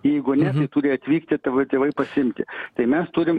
jeigu ne tai turi atvykti tavo tėvai pasiimti tai mes turim